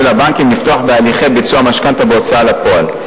הבנקים לפתוח בהליכי ביצוע המשכנתה בהוצאה לפועל.